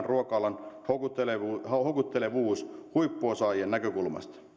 ruoka alan houkuttelevuus houkuttelevuus huippuosaajien näkökulmasta